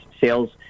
sales